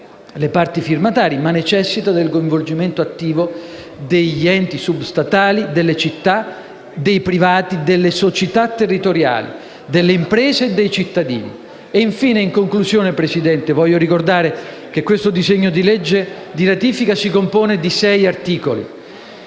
le parti firmatarie, ma necessita del coinvolgimento attivo degli enti sub-statali, delle città, dei privati e delle società territoriali, delle imprese e dei cittadini. In conclusione, Presidente, voglio ricordare che il disegno di legge di ratifica si compone di 6 articoli.